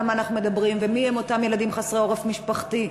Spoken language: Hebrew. מה אנחנו מדברים ומי הם אותם ילדים חסרי עורף משפחתי.